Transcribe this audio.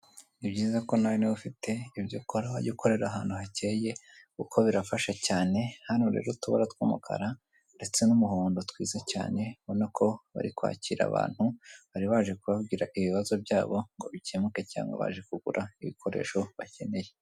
Ni byiza ko nawe niba ufite ibyo ukora wajya ukorera ahantu hakeye kuko birafasha cyane hano rero utubara tw'umukara ndetse n'umuhondo twize cyane ubona ko bari kwakira abantu bari baje kubabwira ibibazo byabo ngo bikemuke cyangwa baje kugura ibikoresho bakeneye.